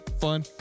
fun